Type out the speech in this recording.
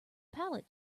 pallet